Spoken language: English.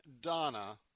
Donna